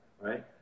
right